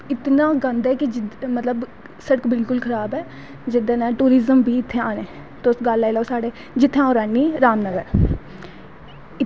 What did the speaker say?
इतना गंद ऐ की मतलब सड़क बिलकुल खराब ऐ नेईं तां टुरिज्म बी इत्थें आने तुस गल्ल लाई लैओ जित्थें अंऊ रौह्नी रामनगर